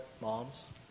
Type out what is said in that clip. moms